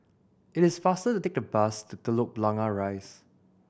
it is faster to take the bus to Telok Blangah Rise